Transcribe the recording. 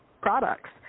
products